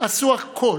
עשו הכול,